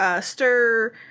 stir